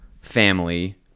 family